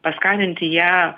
paskaninti ją